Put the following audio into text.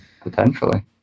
Potentially